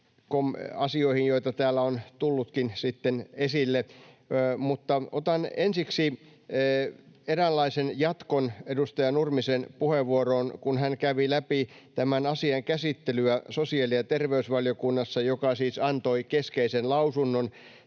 asioihin, joita täällä on tullutkin sitten esille. Otan ensiksi eräänlaisen jatkon edustaja Nurmisen puheenvuoroon, kun hän kävi läpi tämän asian käsittelyä sosiaali- ja terveysvaliokunnassa, joka siis antoi keskeisen lausunnon